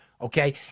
Okay